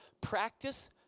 practice